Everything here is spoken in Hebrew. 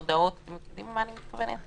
הודעות אתם יודעים למה את מתכוונת?